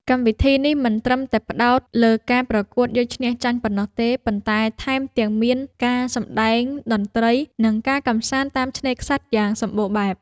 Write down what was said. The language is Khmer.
កម្មវិធីនេះមិនត្រឹមតែផ្ដោតលើការប្រកួតយកឈ្នះចាញ់ប៉ុណ្ណោះទេ ប៉ុន្តែថែមទាំងមានការសម្ដែងតន្ត្រី និងការកម្សាន្តតាមឆ្នេរខ្សាច់យ៉ាងសម្បូរបែប។